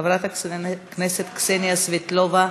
חבר הכנסת זוהיר בהלול,